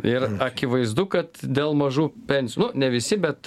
ir akivaizdu kad dėl mažų pensijų nu ne visi bet